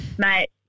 Mate